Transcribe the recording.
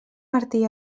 martí